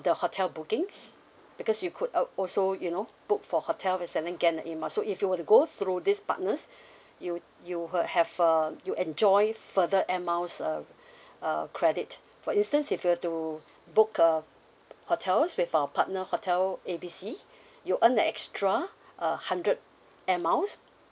the hotel bookings because you could uh also you know book for hotel with if you were to go through these partners you you will have uh you'll enjoy further air miles uh uh credit for instance if you were to book uh hotels with our partner hotel A B C you earn an extra uh hundred air miles